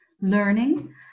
learning